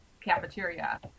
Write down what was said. cafeteria